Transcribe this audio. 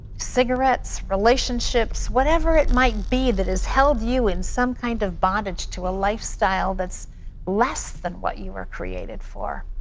cigarettes, relationships, whatever it might be that has held you in some kind of bondage to a lifestyle that's less than what you were created for,